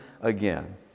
again